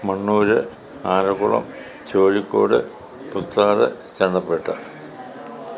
Mannur Anakkulam Chozhikode Puttar Channappetta